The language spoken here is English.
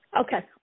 Okay